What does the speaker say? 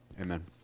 Amen